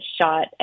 shot